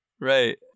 right